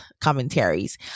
commentaries